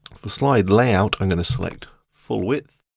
for slide layout, i'm gonna select full width.